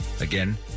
Again